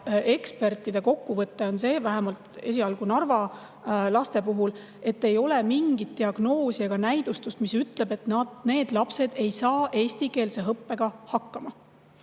ekspertide kokkuvõte on see, vähemalt esialgu, et Narva laste puhul ei ole mingit diagnoosi ega näidustust, mis viitab, et need lapsed ei saa eestikeelse õppega hakkama.